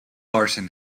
larson